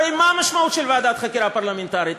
הרי מה המשמעות של ועדת חקירה פרלמנטרית?